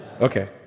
okay